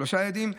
שלושה ילדים.